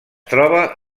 troba